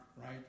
right